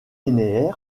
forment